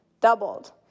doubled